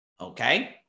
Okay